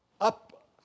up